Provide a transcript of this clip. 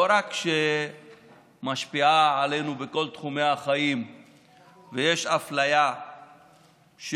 לא רק שהיא משפיעה עלינו בכל תחומי החיים ויש אפליה שגורמת